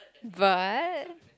but